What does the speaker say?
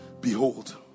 Behold